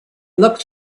looked